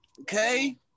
Okay